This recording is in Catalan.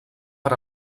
per